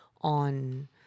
on